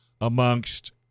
amongst